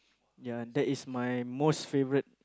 ya and that is my most favourite